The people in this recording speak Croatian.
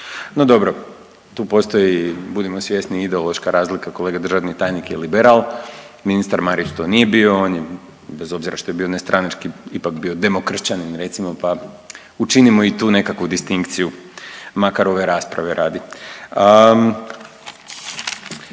No dobro, tu postoji budimo svjesni ideološka razlika kolega državni tajnik je liberal, ministar Marić to nije bio. On je bez obzira što je bio nestranački ipak bio demokršćanin recimo pa učinimo i tu nekakvu distinkciju makar ove rasprave radi.